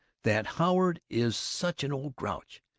that howard is such an old grouch?